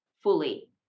fully